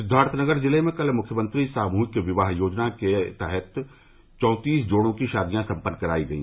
सिद्वार्थनगर ज़िले में कल मुख्यमंत्री सामूहिक विवाह योजना के तहत चौतीस जोड़ों की शादियां सम्पन्न कराई गई